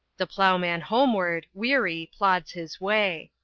the ploughman homeward, weary, plods his way.